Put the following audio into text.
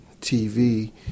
TV